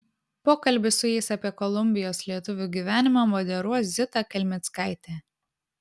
pokalbį su jais apie kolumbijos lietuvių gyvenimą moderuos zita kelmickaitė